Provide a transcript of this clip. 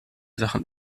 sachen